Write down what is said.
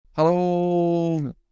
Hello